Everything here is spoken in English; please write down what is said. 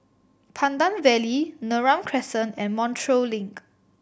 Pandan Valley Neram Crescent and Montreal Link